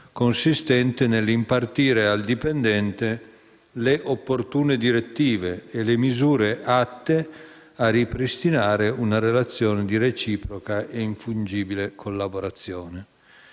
consistente nell’impartire al dipendente le opportune direttive e le misure atte a ripristinare una relazione di reciproca e infungibile collaborazione.